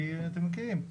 כי אתם מכירים,